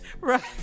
Right